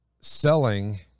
selling